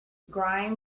grime